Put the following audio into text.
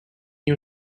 new